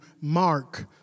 Mark